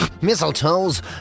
Mistletoe's